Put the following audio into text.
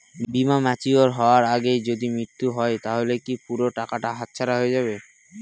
বীমা ম্যাচিওর হয়ার আগেই যদি মৃত্যু হয় তাহলে কি পুরো টাকাটা হাতছাড়া হয়ে যাবে?